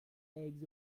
eggs